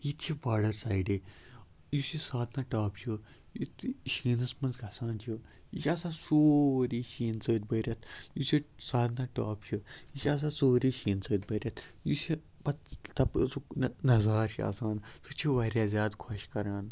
یہِ تہِ چھِ باڈَر سایڈَے یُس یہِ سادنا ٹاپ چھُ یُتھُے شیٖنَس منٛز گژھان چھُ یہِ چھِ آسان سورُے شیٖن سۭتۍ بٔرِتھ یُس یہِ سادنا ٹاپ چھُ یہِ چھِ آسان سورُے شیٖنہٕ سۭتۍ بٔرِتھ یُس یہِ پَتہٕ تَپٲرۍ سُہ نظارٕ چھِ آسان سُہ چھُ واریاہ زیادٕ خوش کَران